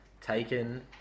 Taken